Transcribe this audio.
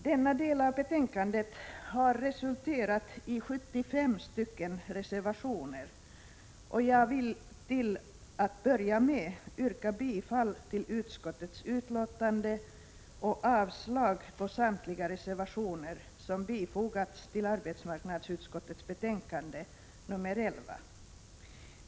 Denna del av betänkandet har resulterat i 75 reservationer, och jag vill till att börja med yrka bifall till utskottets hemställan och avslag på samtliga reservationer som fogats till arbetsmarknadsutskottets betänkande nr 11.